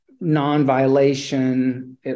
non-violation